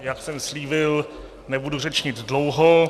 Jak jsem slíbil, nebudu řečnit dlouho.